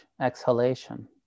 exhalation